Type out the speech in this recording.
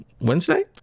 Wednesday